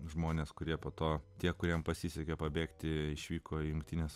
žmones kurie po to tie kuriems pasisekė pabėgti išvyko į jungtines